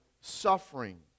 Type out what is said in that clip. suffering